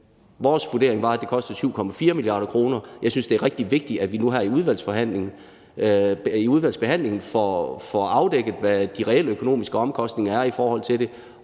Vores vurdering var, at det kostede 7,4 mia. kr. Jeg synes, det er rigtig vigtigt, at vi nu her i udvalgsbehandlingen får afdækket, hvad de reelle økonomiske omkostninger er i forhold til det,